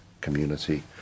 community